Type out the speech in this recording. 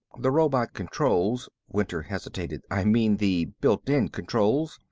the robot controls winter hesitated. i mean, the built-in controls,